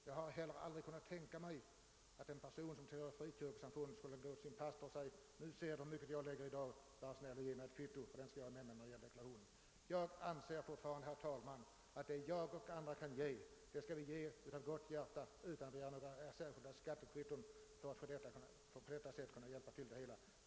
Jag har heller aldrig kunnat tänka mig att en person som tillhör ett frikyrkosamfund skulle kunna gå till sin pastor och säga: »Nu ser du hur mycket jag lägger i i dag. Var snäll och ge mig ett kvitto, för det skall jag ha med till deklarationen.» Jag anser fortfarande, herr talman, att det som jag och andra kan ge skall vi ge av gott hjärta, utan att begära några särskilda skattekvitton, för att på detta sätt kunna hjälpa till.